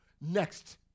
Next